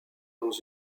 dans